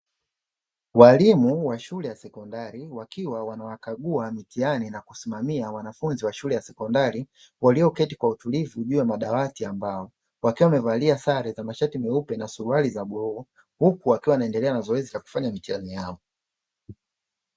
Walimu wa shule ya sekondari wakiwa wanawakagua mitihani na kusimamia wanafunzi wa shule ya sekondari, walioketi kwa utulivu juu ya madawati ya mbao. Wakiwa wamevalia sare za mashati meupe na suruali za bluu, huku wakiwa wanaendelea na mazoezi ya kufanya mitihani yao.